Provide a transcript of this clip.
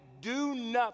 do-nothing